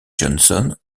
johnson